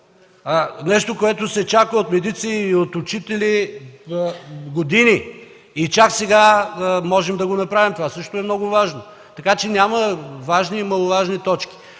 нещо, което се чака от медици и учители години и чак сега можем да го направим. Това също е много важно. Така че няма важни и маловажни точки.